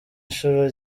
ishuri